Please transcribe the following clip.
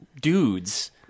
dudes